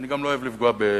אני גם לא אוהב לפגוע בחברי